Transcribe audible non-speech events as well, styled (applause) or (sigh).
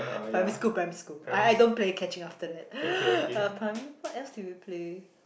primary school primary school I I don't play catching after that (breath) uh prim~ what else did we play